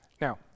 Now